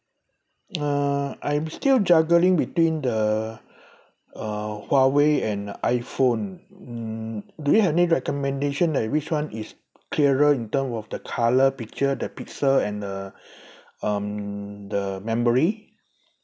uh I'm still juggling between the uh huawei and iphone mm do you have any recommendation like which one is clearer in term of the colour picture the pixel and the um the memory